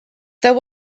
there